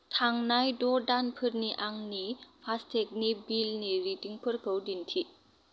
थांनाय द' दानफोरनि आंनि फास्टेगनि बिलनि रिदिंफोरखौ दिन्थि